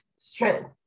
strength